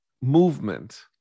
movement